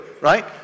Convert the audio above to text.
right